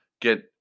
get